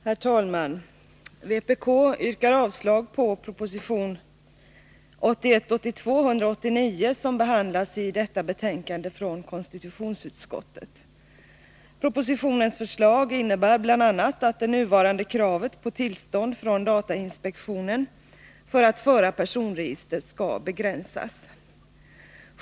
Herr talman! Vpk yrkar avslag på proposition 1981/82:189, som behandlas i detta betänkande från konstitutionsutskottet. Propositionens förslag innebär bl.a. att det nuvarande kravet på tillstånd från datainspektionen för att föra personregister skall begränsas.